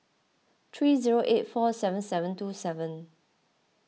three zero eight four seven seven two seven